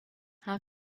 how